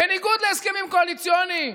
בניגוד להסכמים קואליציוניים,